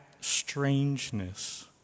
strangeness